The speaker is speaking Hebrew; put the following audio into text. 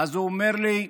ואז הוא אומר לי: